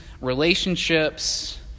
relationships